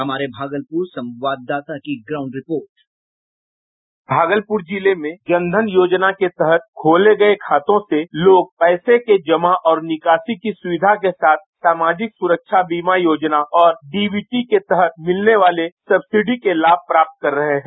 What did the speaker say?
हमारे भागलपुर संवाददाता की ग्राउंड रिपोर्ट बाईट संवाददाता भागलपुर जिले में जन धन योजना के तहत खोले गये खातों से लोग पैसे के जमा और निकासी की सुविधा के साथ सामाजिक सुरक्षा बीमा योजना और डीबीटी के तहत मिलने वाले सब्सिडी के लाभ प्राप्त कर रहे हैं